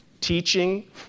teaching